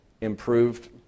Improved